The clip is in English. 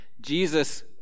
Jesus